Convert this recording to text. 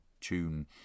tune